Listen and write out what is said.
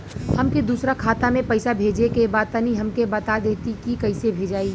हमके दूसरा खाता में पैसा भेजे के बा तनि हमके बता देती की कइसे भेजाई?